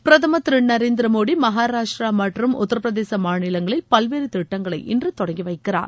பிரதமர் திரு நரேந்திரமோடி மகாராஷ்டிரா மற்றும் உத்தரப்பிரதேச மாநிலங்களில் பல்வேறு திட்டங்களை இன்று தொடங்கி வைக்கிறார்